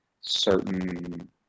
certain